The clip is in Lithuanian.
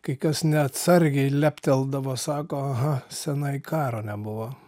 kai kas neatsargiai lepteldavo sako seniai karo nebuvo